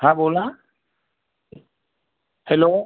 हां बोला हॅलो